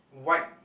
white